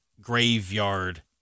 graveyard